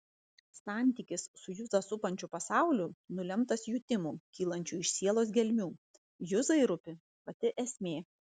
santykis su juzą supančiu pasauliu nulemtas jutimų kylančių iš sielos gelmių juzai rūpi pati esmė